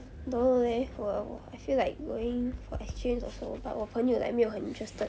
don't know leh 我 I feel like going for exchange also but 我朋友 like 没有很 interested